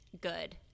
good